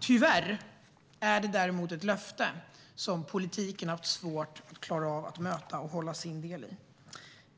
Tyvärr är det ett löfte som politiken har haft svårt att hålla sin del av.